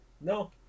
No